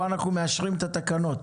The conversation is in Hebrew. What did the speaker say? פה אנחנו מאשרים את התקנות,